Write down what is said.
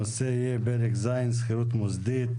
הנושא יהיה : פרק ז' (שכירות מוסדית),